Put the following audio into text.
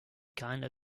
kinda